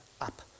up